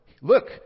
look